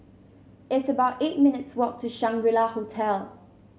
it's about eight minutes' walk to Shangri La Hotel